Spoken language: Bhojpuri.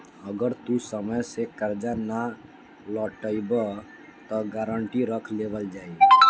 अगर तू समय से कर्जा ना लौटइबऽ त गारंटी रख लेवल जाई